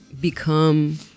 become